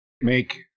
make